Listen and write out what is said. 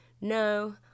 no